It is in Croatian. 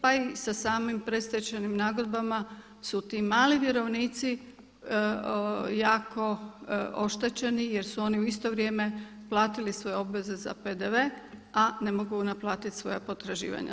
Pa i sa samim predstečajnim nagodbama su ti mali vjerovnici jako oštećeni jer su oni u isto vrijeme platili svoje obveze za PDV a ne mogu naplatiti svoja potraživanja.